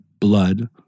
blood